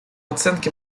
оценки